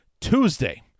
Tuesday